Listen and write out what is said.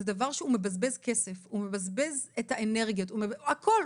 זה דבר שמבזבז כסף, מבזבז אנרגיות - הכל.